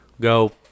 Go